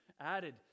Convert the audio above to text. added